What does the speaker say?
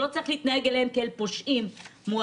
ולא צריך להתנהג אליהם כאל פושעים מועדים.